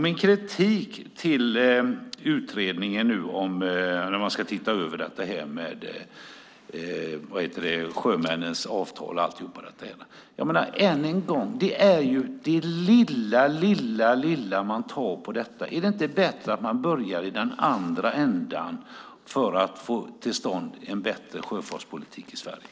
Min kritik mot utredningen, när man ska titta över sjömännens avtal och allt sådant, är att det är det lilla, lilla man tar upp. Är det inte bättre att börja i den andra ändan för att få till stånd en bättre sjöfartspolitik i Sverige?